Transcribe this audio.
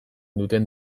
duten